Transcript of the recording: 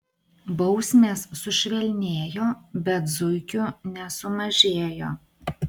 bausmės sušvelnėjo bet zuikių nesumažėjo